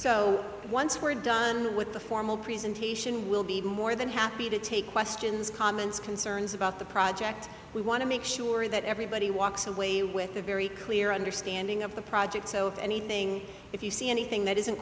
so once we're done with the formal presentation will be more than happy to take questions comments concerns about the project we want to make sure that everybody walks away with a very clear understanding of the project so if anything if you see anything that isn't